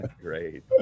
Great